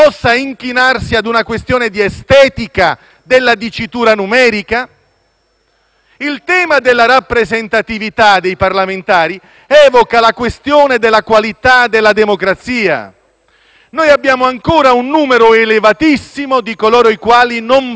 Il tema della rappresentatività dei parlamentari evoca la questione della qualità della democrazia. Noi abbiamo ancora un numero elevatissimo di coloro i quali non votano e l'astensionismo è una parte importante del processo democratico.